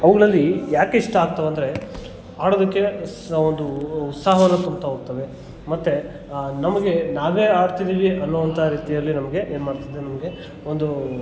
ಅವುಗಳಲ್ಲಿ ಏಕೆ ಇಷ್ಟ ಆಗ್ತವೆಂದ್ರೆ ಆಡೋದಕ್ಕೆ ಉತ್ಸ್ ಒಂದು ಉತ್ಸಾಹವನ್ನು ತುಂಬ್ತಾ ಹೋಗ್ತವೆ ಮತ್ತೆ ನಮಗೆ ನಾವೇ ಆಡ್ತಿದ್ದೀವಿ ಅನ್ನುವಂಥ ರೀತಿಯಲ್ಲಿ ನಮಗೆ ಏನು ಮಾಡ್ತದೆ ನಮಗೆ ಒಂದು